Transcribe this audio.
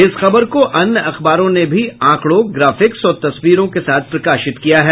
इस खबर को अन्य अखबारों ने भी आंकड़ों ग्राफिक्स और तस्वीरों के साथ प्रकाशित किया है